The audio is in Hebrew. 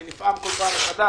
אני נפעם כל פעם מחדש,